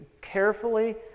carefully